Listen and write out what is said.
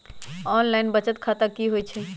Online बचत खाता की होई छई?